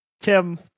Tim